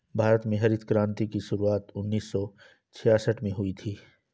भारत में हरित क्रान्ति की शुरुआत उन्नीस सौ छियासठ में हुई थी